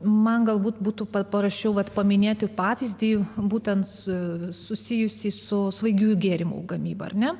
man galbūt būtų paprasčiau vat paminėti pavyzdį būtent su susijusį su svaigiųjų gėrimų gamyba ar ne